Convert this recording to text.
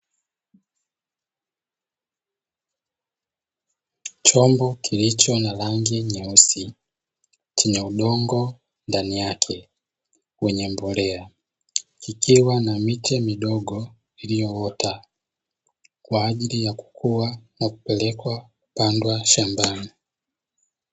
Chombo kilicho na rangi nyeusi chenye udongo ndani yake wenye mbolea, kikiwa na miche midogo iliyoota kwaajili ya kukua na kupelekwa kupandwa shambani.